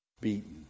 beaten